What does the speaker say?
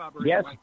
Yes